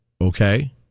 Okay